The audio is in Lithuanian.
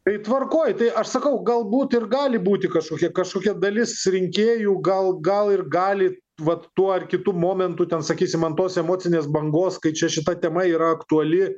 tai tvarkoj tai aš sakau galbūt ir gali būti kažkokia kažkokia dalis rinkėjų gal gal ir gali vat tuo ar kitu momentu ten sakysim ant tos emocinės bangos kai čia šita tema yra aktuali